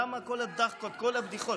למה כל הדחקות, כל הבדיחות?